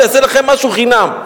ויעשה לכם משהו חינם.